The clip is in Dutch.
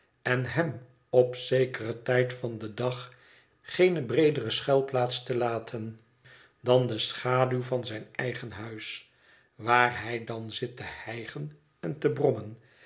en hem op zekeren tijd van den dag geene breedere schuilplaats te laten dan de schaduw van zijn eigen huis waar hij dan zit te hijgen en te brommen